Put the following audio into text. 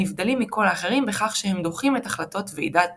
הנבדלים מכל האחרים בכך שהם דוחים את החלטות ועידת